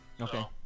Okay